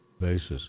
basis